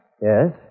Yes